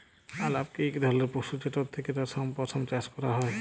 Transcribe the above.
আলাপকে ইক ধরলের পশু যেটর থ্যাকে রেশম, পশম চাষ ক্যরা হ্যয়